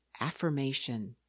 affirmation